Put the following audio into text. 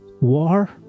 war